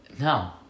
No